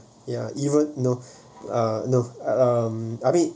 ya even no uh no um